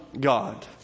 God